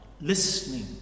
listening